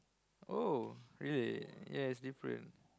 oh really ya it's different